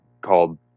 called